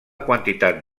quantitat